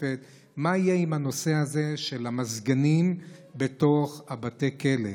יהיה עם הנושא הזה של המזגנים בתוך בתי הכלא?